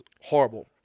Horrible